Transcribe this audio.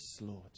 Lord